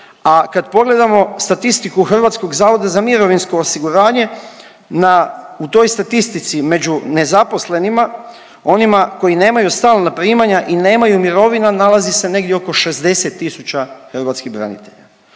a kad pogledamo statistiku HZMO-a u toj statistici među nezaposlenima, onima koji nemaju stalna primanja i nemaju mirovina nalazi se negdje oko 60000 hrvatskih branitelja.